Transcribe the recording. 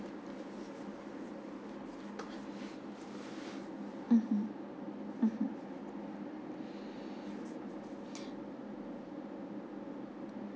mmhmm mmhmm